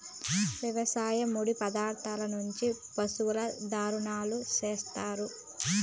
వ్యవసాయ ముడి పదార్థాల నుంచి పశువుల దాణాను చేత్తారు